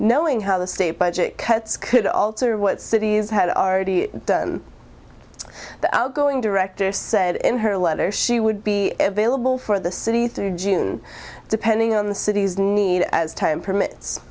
knowing how the state budget cuts could alter what cities had already done the outgoing director said in her letter she would be available for the city through june depending on the city's need as time permits